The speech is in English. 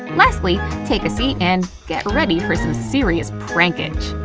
lastly, take a seat and get ready for some serious prank-age!